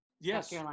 Yes